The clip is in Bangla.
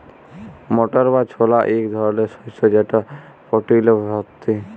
মটর বা ছলা ইক ধরলের শস্য যেট প্রটিলে ভত্তি